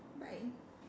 bye